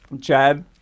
Chad